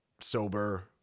sober